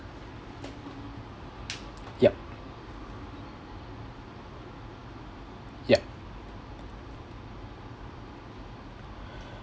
yup yup